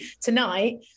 tonight